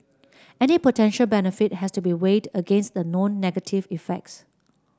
any potential benefit has to be weighed against the known negative effects